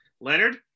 Leonard